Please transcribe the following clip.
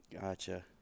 gotcha